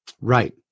Right